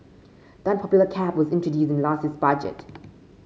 the unpopular cap was introduced in last year's budget